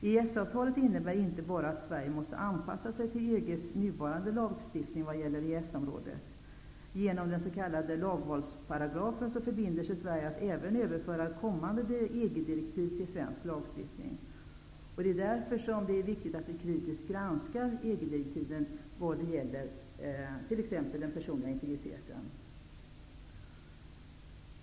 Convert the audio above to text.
EES-avtalet innebär inte bara att Sverige måste anpassa sig till EG:s nuvarande lagstiftning vad gäller EES-området. Genom den s.k. lagvalsparagrafen förbinder sig Sverige att även överföra kommande EG-direktiv till svensk lagstiftning. Därför är det viktigt att vi kritiskt granskar EG-direktiven vad gäller t.ex. personlig integritet.